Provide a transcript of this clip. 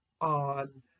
on